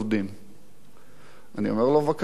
אני אומר לו: בבקשה, מה אתה רוצה?